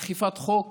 אכיפת חוק